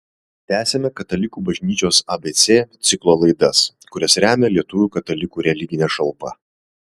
tęsiame katalikų bažnyčios abc ciklo laidas kurias remia lietuvių katalikų religinė šalpa